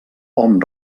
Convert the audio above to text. hom